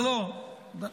לא, לא.